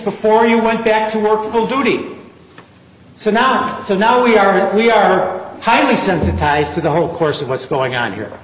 before he went back to work full duty so not so now we are we are highly sensitized to the whole course of what's going on here